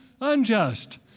unjust